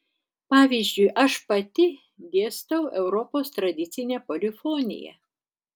pavyzdžiui aš pati dėstau europos tradicinę polifoniją